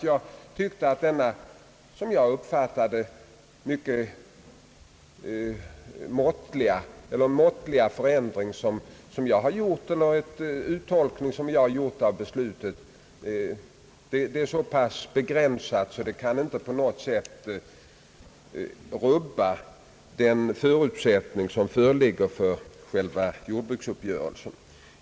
Jag tycker också att den mycket måttliga förändring eller uttolkning, som jag gjort av beslutet, är så pass begränsad att detta inte på något sätt kan rubba den förutsättning som föreligger för själva jordbruksuppgörelsen.